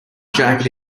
jacket